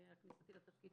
מאז כניסתי לתפקיד.